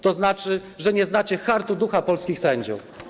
To znaczy, że nie znacie hartu ducha polskich sędziów.